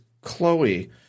Chloe